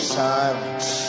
silence